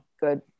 good